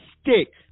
stick